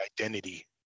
identity